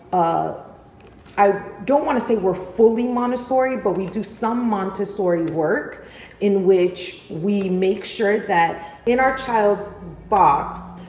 ah i don't want to say we're fully montessori but we do some montessori work in which we make sure that in our child's box,